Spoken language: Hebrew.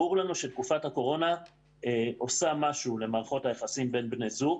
שתקופת הקורונה עושה משהו למערכות היחסים בין בני זוג